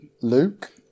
Luke